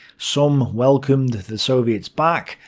some welcomed the soviets back,